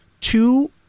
two